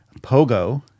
Pogo